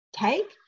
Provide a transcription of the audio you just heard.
take